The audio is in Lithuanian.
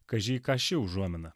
kaži į ką ši užuomina